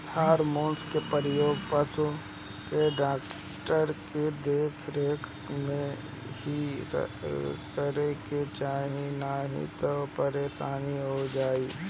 hormone के प्रयोग पशु के डॉक्टर के देख रेख में ही करे के चाही नाही तअ परेशानी हो जाई